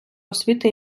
освіти